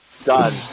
Done